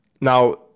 now